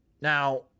Now